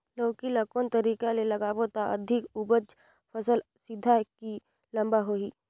लौकी ल कौन तरीका ले लगाबो त अधिक उपज फल सीधा की लम्बा होही?